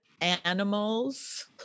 animals